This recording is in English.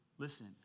listen